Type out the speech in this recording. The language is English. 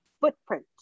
footprint